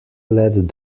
led